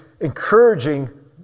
encouraging